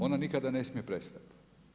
Ona nikada ne smije prestati.